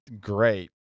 great